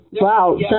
Wow